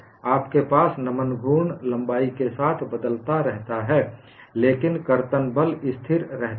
आपके पास नमन घूर्ण लंबाई के साथ बदलता रहता है लेकिन कर्तन बल स्थिर रहता है